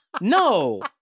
No